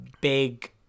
big